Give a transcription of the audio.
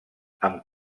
amb